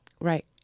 Right